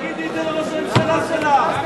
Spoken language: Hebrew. תגידי את זה לראש הממשלה שלך.